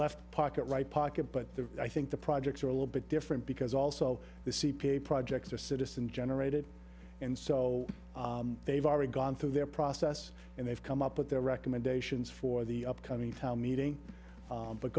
left pocket right pocket but the i think the projects are a little bit different because also the c p a projects are citizen generated and so they've already gone through their process and they've come up with their recommendations for the upcoming town meeting